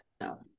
no